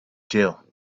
jail